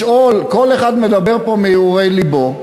לשאול, כל אחד מדבר פה מהרהורי לבו.